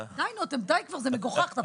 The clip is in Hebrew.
די כבר, זה מגוחך.